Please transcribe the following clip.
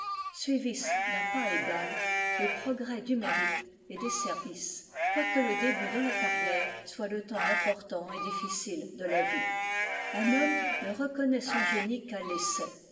suivissent d'un pas égal les progrès du mérite et des services quoique le début dans la carrière soit le temps important et difficile de la vie un homme ne reconnaît son génie qu'à l'essai